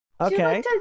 Okay